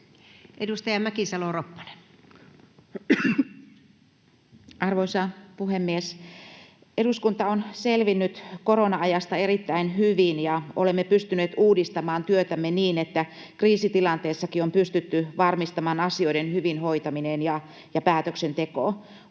Time: 16:07 Content: Arvoisa puhemies! Eduskunta on selvinnyt korona-ajasta erittäin hyvin, ja olemme pystyneet uudistamaan työtämme niin, että kriisitilanteessakin on pystytty varmistamaan asioiden hyvin hoitaminen ja päätöksenteko. Olemme